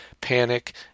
panic